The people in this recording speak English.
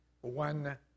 one